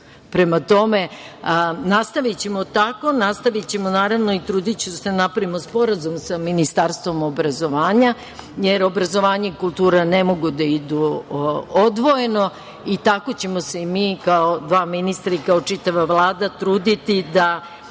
tome, nastavićemo tako, nastavićemo, naravno, i trudiću se da napravimo sporazum sa Ministarstvom obrazovanja, jer obrazovanje i kultura ne mogu da idu odvojeno i tako ćemo se mi kao dva ministra i kao čitava Vlada truditi da